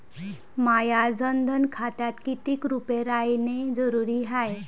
माह्या जनधन खात्यात कितीक रूपे रायने जरुरी हाय?